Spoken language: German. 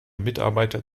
mitarbeiter